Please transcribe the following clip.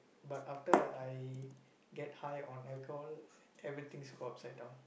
but after I get high on alcohol everythings go upside down